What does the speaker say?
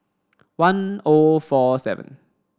one O four seven